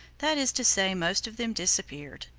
that is to say, most of them disappeared.